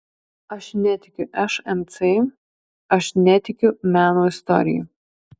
aš netikiu šmc aš netikiu meno istorija